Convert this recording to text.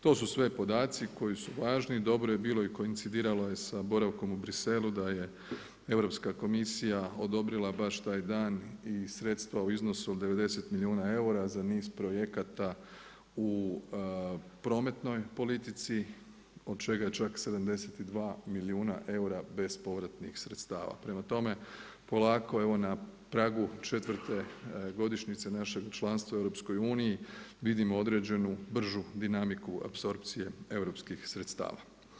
To su sve podaci koji su važni, dobro je bilo i koincidiralo je sa boravkom u Briselu, da je Europska komisija odobrila baš taj dan i sredstva u iznosu od 90 milijuna eura za niz projekata u prometnoj politici, od čega je čak 72 milijuna eura bespovratnih sredstava, prema tome polako evo na pragu četvrte godišnjice našeg članstva u EU-u, vidimo određenu bržu dinamiku apsorpcije europskih sredstava.